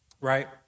right